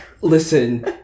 Listen